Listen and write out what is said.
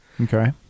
Okay